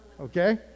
okay